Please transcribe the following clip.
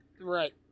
Right